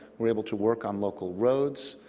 we're able to work on local roads.